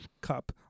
cup